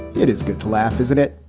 it is good to laugh, isn't it?